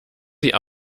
sie